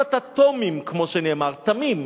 אם אתה "תומים", כמו שנאמר, תמים,